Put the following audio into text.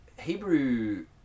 Hebrew